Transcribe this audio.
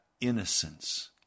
innocence